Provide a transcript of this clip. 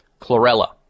Chlorella